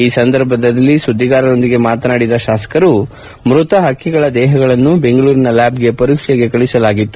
ಈ ಸಂದರ್ಭದಲ್ಲಿ ಸುದ್ದಿಗಾರರೊಂದಿಗೆ ಮಾತನಾಡಿದ ಶಾಸಕ ನಾಗೇಂದ್ರ ಮೃತ ಪಕ್ಕಿಗಳ ದೇಹಗಳನ್ನು ಬೆಂಗಳೂರಿನ ಲ್ಲಾಬ್ಗೆ ಪರೀಕ್ಷೆಗೆ ಕಳುಹಿಸಲಾಗಿತ್ತು